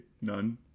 none